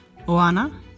Oana